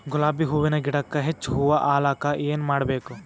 ಗುಲಾಬಿ ಹೂವಿನ ಗಿಡಕ್ಕ ಹೆಚ್ಚ ಹೂವಾ ಆಲಕ ಏನ ಮಾಡಬೇಕು?